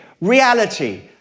reality